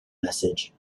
message